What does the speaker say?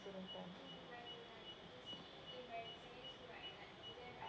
student plan